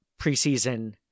preseason